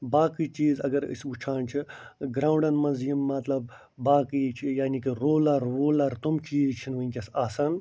باقٕے چیٖز اگر أسۍ وُچھان چھِ گرٛاونٛڈن منٛز یِم مطلب باقٕے چھِ یعنی کہِ رولر ووٗلر تِم چیٖز چھِنہٕ وُنٛکیٚس آسان